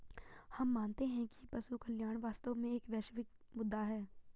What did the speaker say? हम मानते हैं कि पशु कल्याण वास्तव में एक वैश्विक मुद्दा है